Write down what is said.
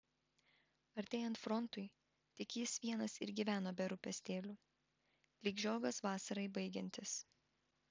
artėjant frontui tik jis vienas ir gyveno be rūpestėlių lyg žiogas vasarai baigiantis